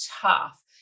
tough